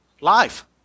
Life